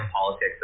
politics